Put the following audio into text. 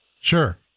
Sure